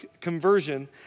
conversion